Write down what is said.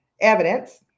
evidence